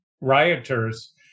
rioters